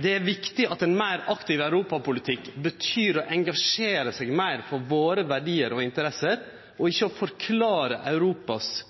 Det er viktig at ein meir aktiv europapolitikk betyr å engasjere seg meir for våre verdiar og interesser og ikkje å forklare Europas